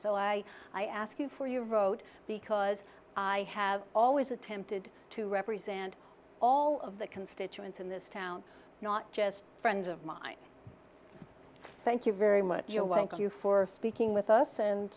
so i i ask you for your vote because i have always attempted to represent all of the constituents in this town not just friends of mine thank you very much for speaking with us and